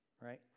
right